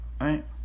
Right